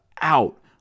out